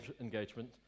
engagement